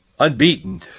unbeaten